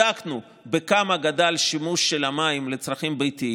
בדקנו בכמה גדל השימוש במים לצרכים ביתיים.